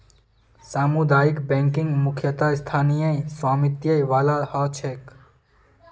सामुदायिक बैंकिंग मुख्यतः स्थानीय स्वामित्य वाला ह छेक